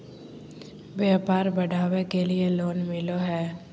व्यापार बढ़ावे के लिए लोन मिलो है?